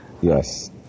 yes